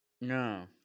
No